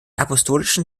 apostolischen